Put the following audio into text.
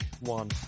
one